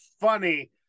funny